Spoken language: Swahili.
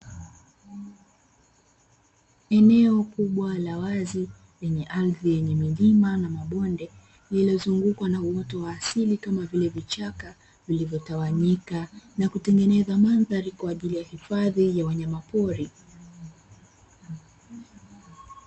Eneo kubwa la wazi lenye ardhi yenye milima na mabonde, iliyozungukwa na uoto wa asili kama vile vichaka, vilivyotawanyika na kutengeneza mandhari kwa ajili ya hifadhi ya wanyamapori.